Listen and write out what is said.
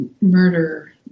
murder